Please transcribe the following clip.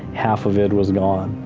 half of it was gone,